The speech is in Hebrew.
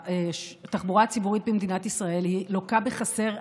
התחבורה הציבורית במדינת ישראל לוקה בחסר,